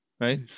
Right